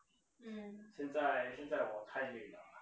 现在现在我太累了